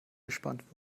gespannt